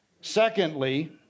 Secondly